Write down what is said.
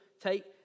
take